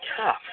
tough